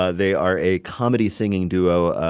ah they are a comedy singing duo,